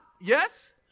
yes